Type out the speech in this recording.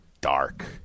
dark